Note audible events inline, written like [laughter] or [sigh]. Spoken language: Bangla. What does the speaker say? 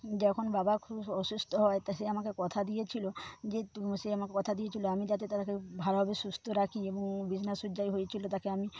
যখন বাবা খুব অসুস্থ হয় সে আমাকে কথা দিয়েছিল যে [unintelligible] সে আমাকে কথা দিয়েছিল আমি যাতে তাকে ভালোভাবে সুস্থ রাখি এবং বিছনায় শয্যাশায়ী হয়েছিল তাকে আমি